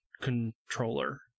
controller